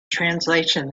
translation